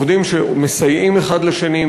עובדים שמסייעים אחד לשני,